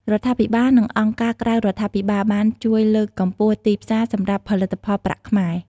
រដ្ឋាភិបាលនិងអង្គការក្រៅរដ្ឋាភិបាលបានជួយលើកកម្ពស់ ទីផ្សារ សម្រាប់ផលិតផលប្រាក់ខ្មែរ។